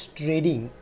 trading